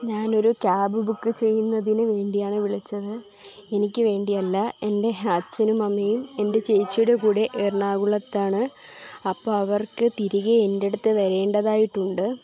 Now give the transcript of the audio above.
ഞാൻ ഒരു cab book ചെയ്യുന്നതിനു വേണ്ടിയാണ് വിളിച്ചത് എനിക്ക് വേണ്ടി അല്ല എൻ്റെ അച്ഛനും അമ്മയും എൻ്റെ ചേച്ചിയുടെ കൂടെ എറണാകുളത്താണ് അപ്പം അവർക്ക് തിരികെ എൻ്റടുത്തു വരേണ്ടതായിട്ടുണ്ട്